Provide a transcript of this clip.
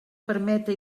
permeta